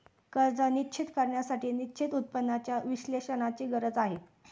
कर्ज निश्चित करण्यासाठी निश्चित उत्पन्नाच्या विश्लेषणाची गरज आहे